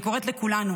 אני קוראת לכולנו,